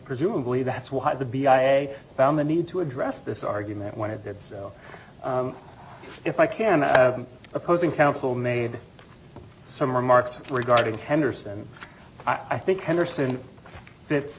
presumably that's why the b i a found the need to address this argument when it did so if i can the opposing counsel made some remarks regarding henderson i think henderson fits